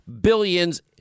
billions